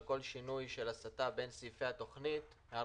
על כל שינוי של הסטה בין סעיפי התוכנית שהוא מעל